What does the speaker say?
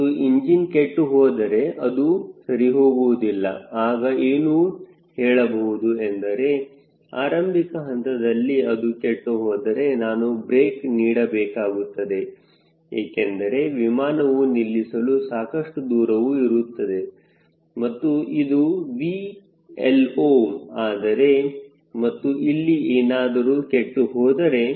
ಮತ್ತು ಇಂಜಿನ್ ಕೆಟ್ಟುಹೋದರೆ ಇದು ಸರಿಹೋಗುವುದಿಲ್ಲ ಆಗ ಏನು ಹೇಳಬಹುದು ಎಂದರೆ ಆರಂಭಿಕ ಹಂತದಲ್ಲಿ ಅದು ಕೆಟ್ಟುಹೋದರೆ ನಾನು ಬ್ರೇಕ್ ನೀಡಬೇಕಾಗುತ್ತದೆ ಏಕೆಂದರೆ ವಿಮಾನವನ್ನು ನಿಲ್ಲಿಸಲು ಸಾಕಷ್ಟು ದೂರವು ಇರುತ್ತದೆ ಮತ್ತು ಇದು 𝑉LO ಆದರೆ ಮತ್ತು ಇಲ್ಲಿ ಏನಾದರೂ ಕೆಟ್ಟುಹೋದರೆ